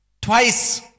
Twice